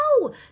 no